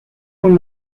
con